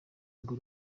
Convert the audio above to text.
ngo